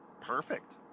Perfect